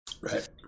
right